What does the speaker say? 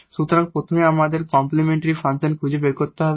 সুতরাং প্রথমে আমাদের কমপ্লিমেন্টরি ফাংশন খুঁজে বের করতে হবে